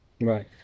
Right